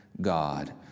God